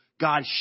God